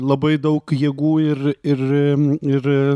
labai daug jėgų ir ir ir